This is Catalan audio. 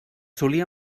solia